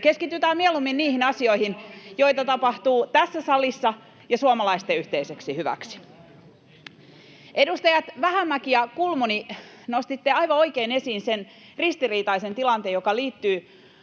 Keskitytään mieluummin niihin asioihin, joita tapahtuu tässä salissa ja suomalaisten yhteiseksi hyväksi. Edustajat Vähämäki ja Kulmuni, nostitte aivan oikein esiin sen ristiriitaisen tilanteen, joka liittyy